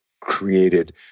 created